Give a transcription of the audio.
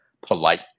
polite